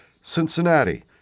Cincinnati